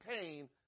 pain